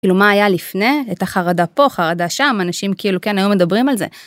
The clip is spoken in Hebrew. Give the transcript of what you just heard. כאילו מה היה לפני, הייתה חרדה פה, חרדה שם, אנשים כאילו כן היט מדברים על זה.